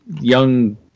young